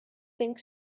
think